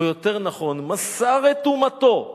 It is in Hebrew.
או יותר נכון מסר את אומתו.